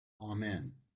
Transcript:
amen